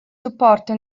supporto